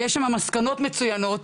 כשיש שם מסקנות מצוינות,